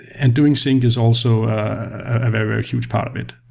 and doing sync is also a very, very huge part of it.